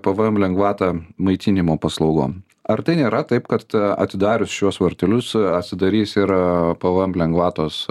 pvm lengvatą maitinimo paslaugom ar tai nėra taip kad atidarius šiuos vartelius atsidarys ir pvm lengvatos